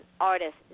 artist